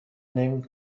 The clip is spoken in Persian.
نمی